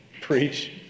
Preach